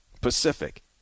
Pacific